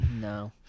no